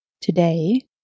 Today